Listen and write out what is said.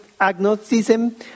agnosticism